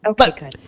Okay